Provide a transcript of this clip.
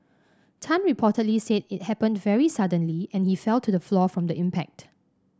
Tan reportedly said it happened very suddenly and he fell to the floor from the impact